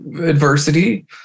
adversity